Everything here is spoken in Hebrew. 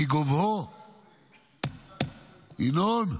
כי גובהו של מס המטרו, ינון,